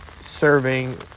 serving